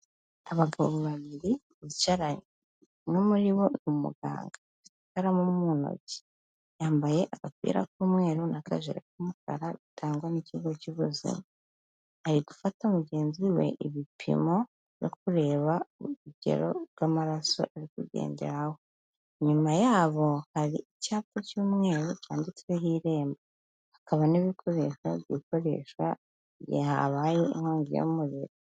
Abagabo babiri bicaranye, umwe muri bo umuganga, afite ikaramu mu ntoki, yambaye agapira k'umweru nakajire k'umukara bitangwa n'ikigo cy'ubuzima, ari gufata mugenzi we ibipimo no kureba urugero rw'amaraso arikugenderaho, inyuma yabo hari icyapa cy'umweru cyanditsweho irembo, hakaba n'ibikoresho byikoresha igihe habaye inkongi y'umuriro.